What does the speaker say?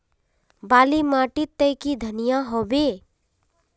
बाली माटी तई की धनिया होबे?